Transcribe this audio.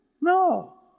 No